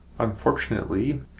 Unfortunately